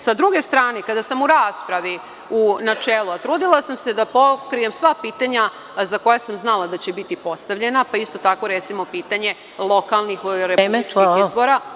Sa druge strane, kada sam u raspravi u načelu, a trudila sam se da pokrijem sva pitanja za koja sam znala da će biti postavljena, pa isto tako recimo pitanje lokalnih, republičkih izbora…